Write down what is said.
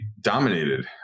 dominated